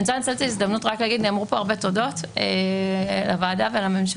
אני רוצה לנצל את ההזדמנות נאמרו פה הרבה תודות לוועדה ולממשלה,